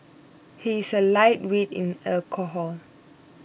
he is a lightweight in alcohol